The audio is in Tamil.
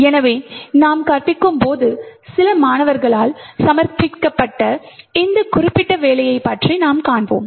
எனவே நான் கற்பிக்கும் போது சில மாணவர்களால் சமர்ப்பிக்கப்பட்ட ஒரு குறிப்பிட்ட வேலையைப் பற்றி நாம் காண்போம்